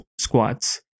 squats